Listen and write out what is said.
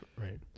Right